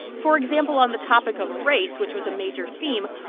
for example on the topic of race, which was a major theme,